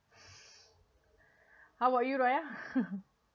how about you raya